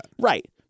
Right